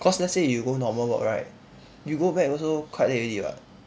cause let's say you go normal work right you go back also quite late already [what]